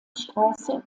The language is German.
straße